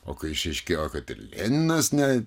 o kai išaiškėjo kad ir leninas ne